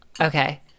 Okay